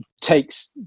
takes